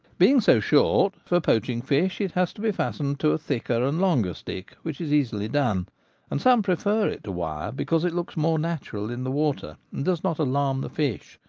being so short, for poaching fish it has to be fastened to a thicker and longer stick, which is easily done and some prefer it to wire because it looks more natural in the water and does not alarm the fish,